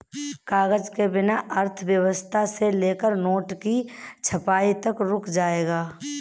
कागज के बिना अर्थव्यवस्था से लेकर नोट की छपाई तक रुक जाएगा